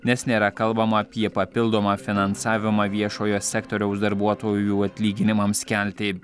nes nėra kalbama apie papildomą finansavimą viešojo sektoriaus darbuotojų atlyginimams kelti